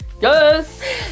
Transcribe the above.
yes